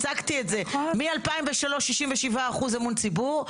הצגתי את זה, מ-2003, 67% אמון ציבור.